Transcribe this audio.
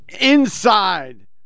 Inside